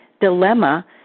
dilemma